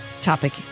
topic